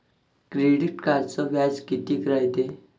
Credit कार्डचं व्याज कितीक रायते?